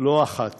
לא אחת